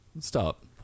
Stop